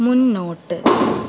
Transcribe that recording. മുന്നോട്ട്